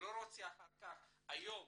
היום